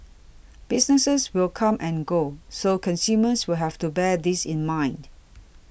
businesses will come and go so consumers will have to bear this in mind